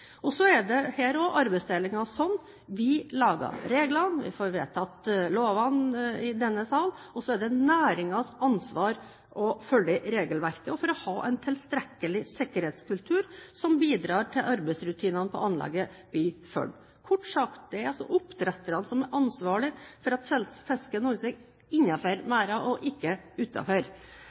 er også slik at vi lager reglene, vi får vedtatt lovene i denne sal, og så er det næringens ansvar å følge regelverket og ha en tilstrekkelig sikkerhetskultur som bidrar til at arbeidsrutinene på anleggene blir fulgt. Kort sagt: Det er oppdretterne som er ansvarlige for at fisken holder seg innenfor merdene og ikke